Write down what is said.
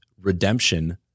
redemption